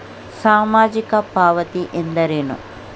ಸಾಮಾಜಿಕ ಪಾವತಿ ಎಂದರೇನು?